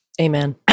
Amen